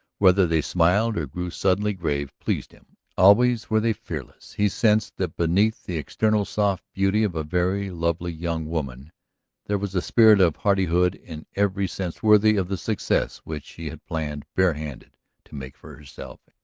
whether they smiled or grew suddenly grave, pleased him always were they fearless. he sensed that beneath the external soft beauty of a very lovely young woman there was a spirit of hardihood in every sense worthy of the success which she had planned bare-handed to make for herself,